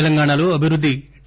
తెలంగాణలో అభివృద్ధి టి